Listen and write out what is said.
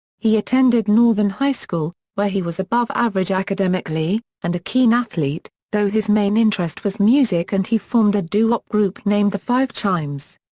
he attended northern high school, where he was above-average academically, and a keen athlete, though his main interest was music and he formed a doo-wop group named the five chimes.